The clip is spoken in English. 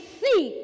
see